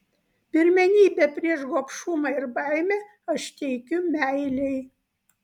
pirmenybę prieš gobšumą ir baimę aš teikiu meilei